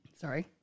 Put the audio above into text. sorry